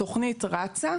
התכנית רצה.